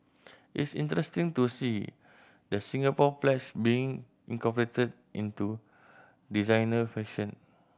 it's interesting to see the Singapore Pledge being incorporated into designer fashion